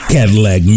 Cadillac